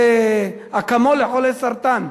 זה "אקמול" לחולה סרטן.